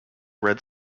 red